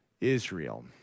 Israel